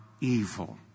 evil